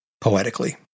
poetically